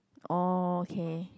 oh okay